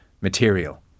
material